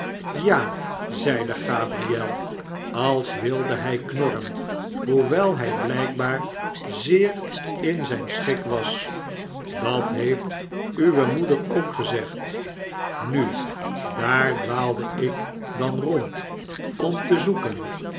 ja zeide gabriel als wilde hij knorren hoewel hij blijkbaar zeer in zijn schik was adat heeft uwe moeder ook gezegd nu daar dwaalde ik dan rond om te zoeken